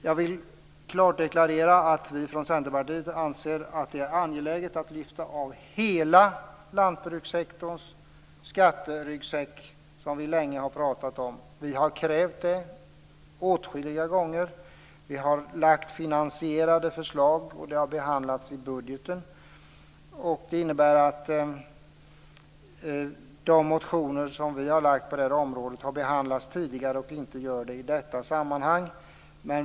Jag vill klart deklarera att vi från Centerpartiet anser att det är angeläget att lyfta av hela lantbrukssektorns skatteryggsäck, vilket vi länge har talat om. Vi har krävt det åtskilliga gånger. Det har lagts fram finansierade förslag, som har behandlats i budgeten. De motionsyrkanden som vi har ställt på det här området har behandlats tidigare och återkommer inte i detta sammanhang.